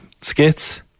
skits